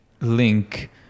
link